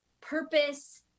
purpose